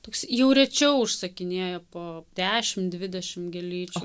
toks jau rečiau užsakinėja po dešimt dvidešimt gėlyčių